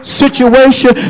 situation